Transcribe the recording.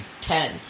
Ten